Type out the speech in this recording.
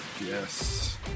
Yes